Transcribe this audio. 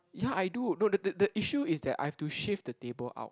ya I do no the the the issue is that I have to shift the table out